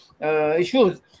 issues